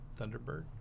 Thunderbird